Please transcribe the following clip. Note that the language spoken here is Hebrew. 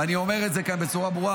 ואני אומר את זה כאן בצורה ברורה,